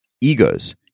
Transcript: egos